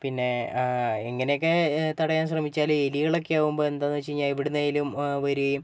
പിന്നെ ഇങ്ങനെയൊക്കെ തടയാൻ ശ്രമിച്ചാലും എലികളൊക്കെ ആവുമ്പോൾ എന്താണെന്ന് വെച്ചുകഴിഞ്ഞാൽ എവിടുന്ന് ആയാലും വരികയും